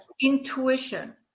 Intuition